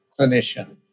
clinician